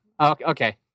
Okay